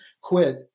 quit